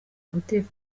guteka